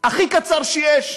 הכי קצר שיש.